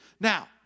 Now